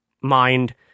mind